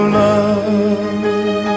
love